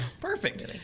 Perfect